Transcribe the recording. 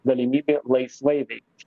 galimybė laisvai veikti